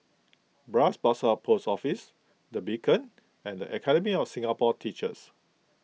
Bras Basah Post Office the Beacon and the Academy of Singapore Teachers